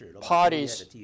parties